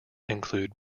include